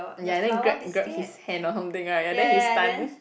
ya then grab grab his hand or something right ya then he stunt